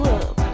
up